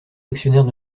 actionnaire